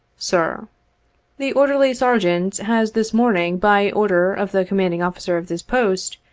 sir the orderly-sergeant has this morning, by order of the commanding officer of this post,